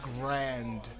grand